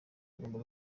kigomba